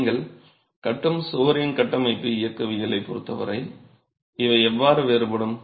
நீங்கள் கட்டும் சுவரின் கட்டமைப்பு இயக்கவியலைப் பொருத்தவரை இவை எவ்வாறு வேறுபடும்